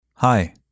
Hi